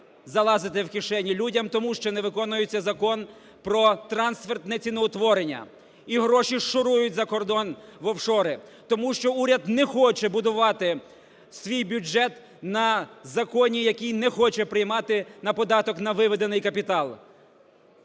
залазити в кишені людям, тому що не виконується Закон "Про трансфертне ціноутворення". І гроші шурують за кордон в офшори. Тому що уряд не хоче будувати свій бюджет на законі, який не хоче приймати на податок на виведений капітал.